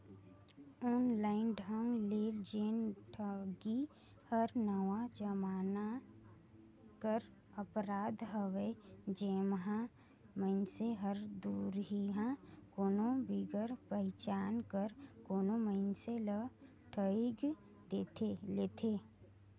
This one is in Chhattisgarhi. ऑनलाइन ढंग ले जेन ठगी हर नावा जमाना कर अपराध हवे जेम्हां मइनसे हर दुरिहां कोनो बिगर पहिचान कर कोनो मइनसे ल ठइग लेथे